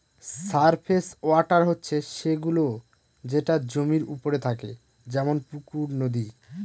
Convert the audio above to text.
surface water হচ্ছে সে গুলো যেটা জমির ওপরে থাকে যেমন পুকুর, নদী